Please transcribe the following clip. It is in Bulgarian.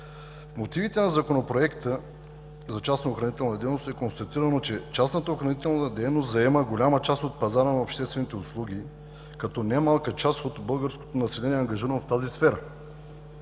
мотивите на Законопроекта за частната охранителна дейност е констатирано, че частната охранителна дейност заема голяма част от пазара на обществените услуги, като не малка част от българското население е ангажирано в тази сфера.